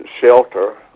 shelter